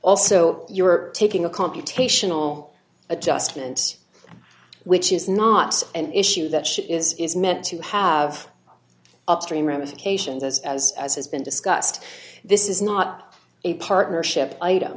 also you're taking a computational adjustment which is not an issue that she is is meant to have upstream ramifications as as as has been discussed this is not a partnership item